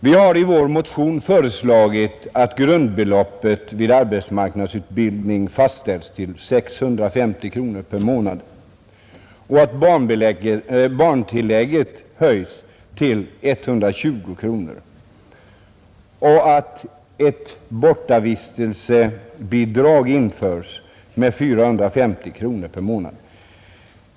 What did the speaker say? Vi har i vår motion föreslagit att grundbeloppet vid arbetsmarknadsutbildning fastställs till 650 kronor per månad och att barntillägget höjs till 120 kronor samt att ett bortavistelsebidrag införes med 450 kronor per månad.